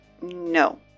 no